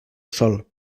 sol